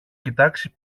κοιτάξει